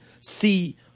see